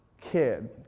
kid